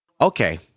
Okay